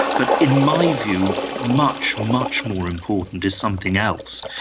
but in my view, much, much more important is something else,